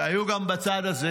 והיו גם בצד הזה,